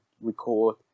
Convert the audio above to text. record